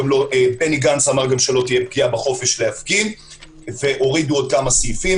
בני גנץ אמר שגם לא תהיה פגיעה בחופש להפגין והורידו עוד כמה סעיפים.